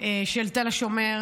של תל השומר,